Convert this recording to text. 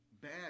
bad